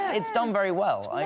it's done very well.